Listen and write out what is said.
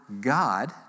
God